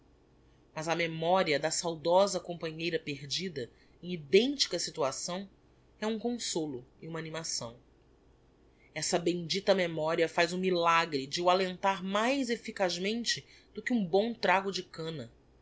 mas a memoria da saudosa companheira perdida em identica situação é um consolo e uma animação essa bemdita memoria faz o milagre de o alentar mais efficazmente do que um bom trago de canna